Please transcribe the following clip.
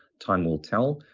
time will tell.